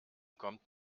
kommt